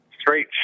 straight